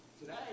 Today